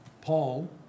Paul